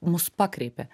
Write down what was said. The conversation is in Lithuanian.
mus pakreipė